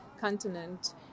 continent